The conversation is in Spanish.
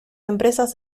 empresas